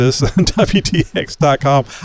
wtx.com